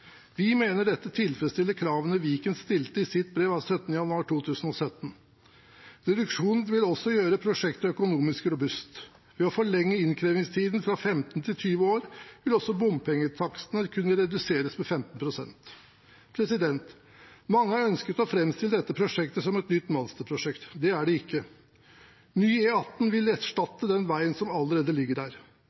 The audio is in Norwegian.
Vi mener dette tilfredsstiller kravene Viken stilte i sitt brev av 17. januar 2017. Reduksjonen vil også gjøre prosjektet økonomisk robust. Ved å forlenge innkrevingstiden fra 15 til 20 år vil også bompengetakstene kunne reduseres med 15 pst. Mange har ønsket å framstille dette prosjektet som et nytt monsterprosjekt. Det er det ikke. Ny E18 vil erstatte den veien som allerede ligger der.